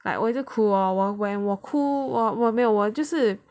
like 我一直哭 lor when 我哭我没有就是